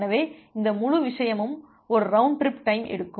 எனவே இந்த முழு விஷயமும் ஒரு ரவுண்ட் ட்ரிப் டைம் எடுக்கும்